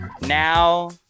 now